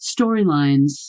storylines